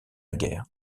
guerre